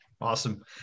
awesome